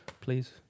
please